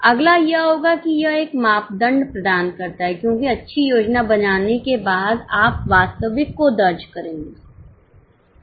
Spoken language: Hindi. अगला यह होगा कि यह एक मापदंड प्रदान करता है क्योंकि अच्छी योजना बनाने के बाद आप वास्तविक को दर्ज करेंगे